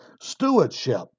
stewardship